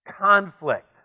conflict